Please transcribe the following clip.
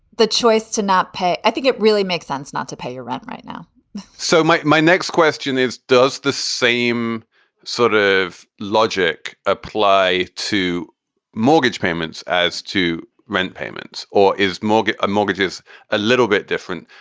the choice to not pay, i think it really makes sense not to pay your rent right now so my my next question is, does the same sort of logic apply to mortgage payments as to rent payments or is mortgage mortgages a little bit different?